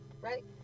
right